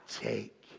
take